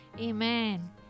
Amen